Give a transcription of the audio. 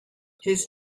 his